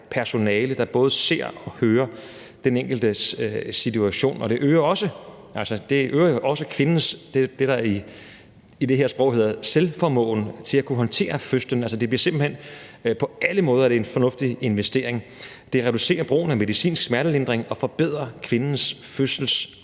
personale, der både ser og hører den enkeltes situation, og det øger også kvindens selvformåen, som det hedder i det her sprog, til at kunne håndtere fødslen, så på alle måder er det en fornuftig investering. Det reducerer brugen af medicinsk smertelindring og forbedrer kvindens